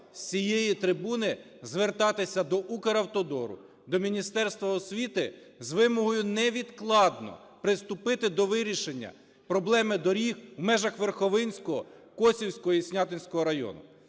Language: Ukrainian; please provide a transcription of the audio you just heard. з цієї трибуни звертатися до "Укравтодору", до Міністерства освіти з вимогою невідкладно приступити до вирішення проблеми доріг в межах Верховинського, Косівського і Снятинського району.